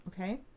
okay